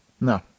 No